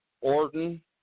Orton